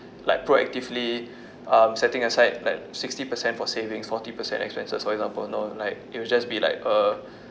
like proactively um setting aside like sixty percent for savings forty percent expenses for example no like it would just be like uh